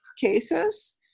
cases